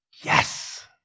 Yes